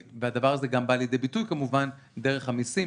והדבר הזה גם בא לידי ביטוי כמובן דרך המסים,